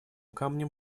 камнем